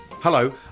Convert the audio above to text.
Hello